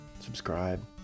Subscribe